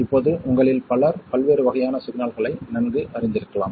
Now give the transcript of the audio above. இப்போது உங்களில் பலர் பல்வேறு வகையான சிக்னல்களை நன்கு அறிந்திருக்கலாம்